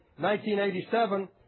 1987